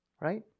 right